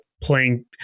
playing